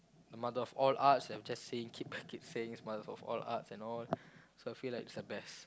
the mother of all arts I would just saying keep saying it's mother of all arts and all so i feel this the best